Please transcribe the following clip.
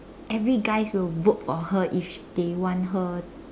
every guys will vote for her if they want her